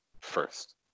first